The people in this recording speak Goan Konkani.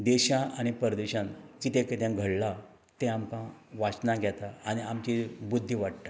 देशा आनी परदेशान चितें किदें घडलां तें आमकां वाचनाक येता आनी आमची बुद्दी वाडटा